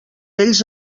ells